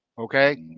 Okay